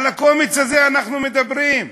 על הקומץ הזה אנחנו מדברים.